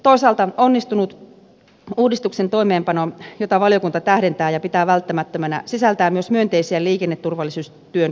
toisaalta onnistunut uudistuksen toimeenpano jota valiokunta tähdentää ja pitää välttämättömänä sisältää myös myönteisiä liikenneturvallisuustyön kehittämismahdollisuuksia